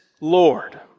Lord